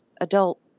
adult